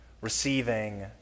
Receiving